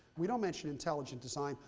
we don't mention intelligent design.